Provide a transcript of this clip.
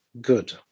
good